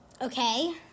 Okay